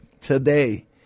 today